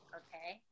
okay